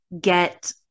get